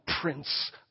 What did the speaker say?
prince